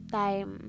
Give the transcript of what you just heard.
time